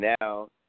now